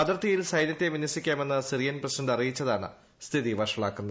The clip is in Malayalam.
അതിർത്തിയിൽ സൈന്യത്തെ വിന്യസിക്കാമെന്നു സിറിയൻ പ്രസിഡന്റ് അറിയിച്ചതാണ് സ്ഥിതി വഷളാക്കുന്നത്